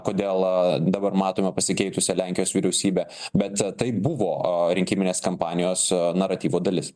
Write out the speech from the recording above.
kodėl dabar matome pasikeitusią lenkijos vyriausybę bet tai buvo rinkiminės kampanijos naratyvo dalis